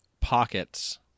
pockets